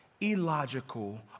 illogical